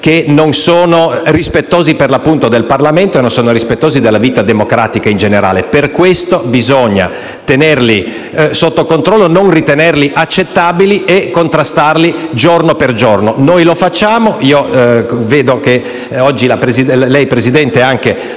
che non sono rispettosi del Parlamento e della vita democratica in generale. Per questo bisogna tenerli sotto controllo, non ritenerli accettabili e contrastarli giorno per giorno. Noi lo facciamo e vedo che anche oggi lei, Presidente, lo ha